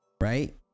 right